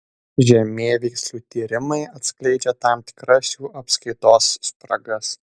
žemėveikslių tyrimai atskleidžia tam tikras jų apskaitos spragas